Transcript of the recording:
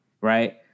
right